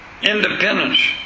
independence